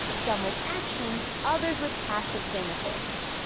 some with actions, others with passive benefits.